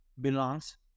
belongs